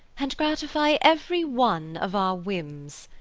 and gratify every one of our whims.